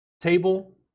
table